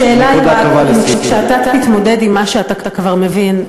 השאלה היא רק אם כשאתה תתמודד עם מה שאתה כבר מבין,